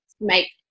make